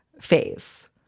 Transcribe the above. phase